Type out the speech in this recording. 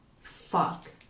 Fuck